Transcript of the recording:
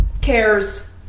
cares